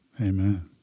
Amen